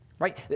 Right